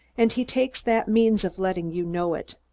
and he takes that means of letting you know it.